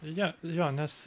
jo jo nes